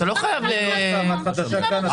אני לא אומר את זה סתם, את חדשה כאן.